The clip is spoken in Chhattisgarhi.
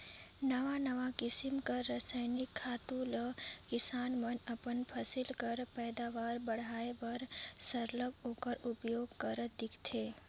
नावा नावा किसिम कर रसइनिक खातू ल किसान मन अपन फसिल कर पएदावार बढ़ाए बर सरलग ओकर उपियोग करत दिखथें